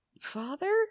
father